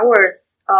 hours